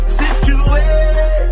situation